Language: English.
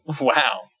Wow